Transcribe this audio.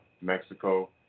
Mexico